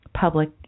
public